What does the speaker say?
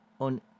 on